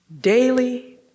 Daily